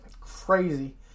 Crazy